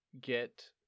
get